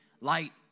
Light